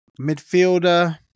Midfielder